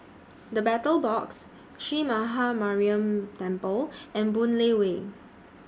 The Battle Box Sree Maha Mariamman Temple and Boon Lay Way